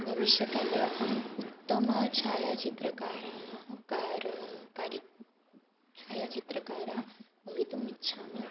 भविष्यकाले अहम् उत्तमछायाचित्रकारिणी कारः कारः छायाचित्रकारिणी भवितुम् इच्छामि